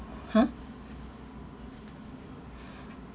!huh!